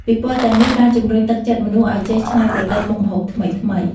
ពិព័រណ៍ទាំងនេះបានជំរុញទឹកចិត្តមនុស្សឲ្យចេះច្នៃប្រឌិតមុខម្ហូបថ្មីៗ។